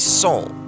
soul